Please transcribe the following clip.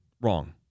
wrong